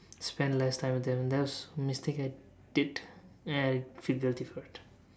spend less time and that was a mistake I did and I'm figuratively hurt